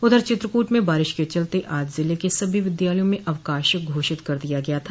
उधर चित्रकूट में बारिश के चलते आज जिले के सभी विद्यालयों में अवकाश घोषित कर दिया गया था